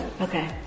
Okay